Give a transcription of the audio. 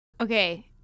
Okay